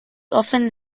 often